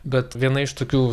bet viena iš tokių